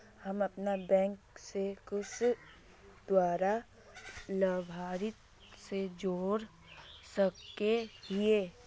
हम अपन बैंक से कुंसम दूसरा लाभारती के जोड़ सके हिय?